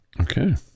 Okay